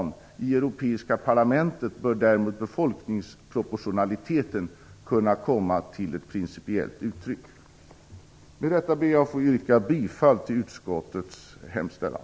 I det europeiska parlamentet bör däremot befolkningsproportionaliteten kunna komma till ett principiellt uttryck. Med detta ber jag att få yrka bifall till utskottets hemställan.